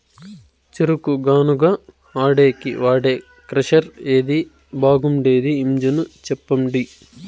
చెరుకు గానుగ ఆడేకి వాడే క్రషర్ ఏది బాగుండేది ఇంజను చెప్పండి?